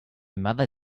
mother